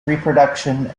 reproduction